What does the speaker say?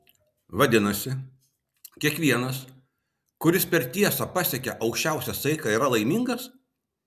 vadinasi kiekvienas kuris per tiesą pasiekia aukščiausią saiką yra laimingas